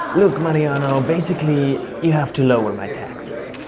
look, mariano, basically you have to lower my taxes.